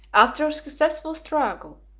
after a successful struggle,